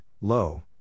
low